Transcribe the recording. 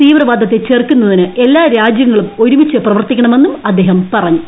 തീവ്രവാദത്തെ ചെറുക്കുന്നതിന് എല്ലാ രാജ്യങ്ങളൂം ഒരുമിച്ച് പ്രവർത്തിക്കണമെന്നും അദ്ദേഹം പറഞ്ഞു